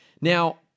Now